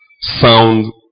Sound